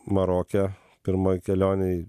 maroke pirmoj kelionėj